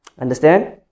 Understand